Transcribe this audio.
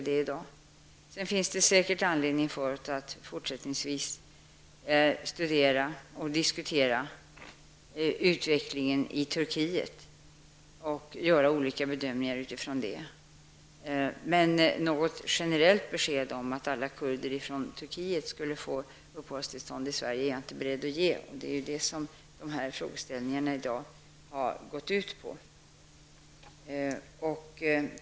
Det finns säkert anledning för oss att fortsättningsvis studera och diskutera utvecklingen i Turkiet och utifrån resultatet av dessa studier och diskussioner göra olika bedömningar. Turkiet skall få uppehållstillstånd i Sverige är jag dock inte beredd att ge, vilket dagens frågor har handlat om.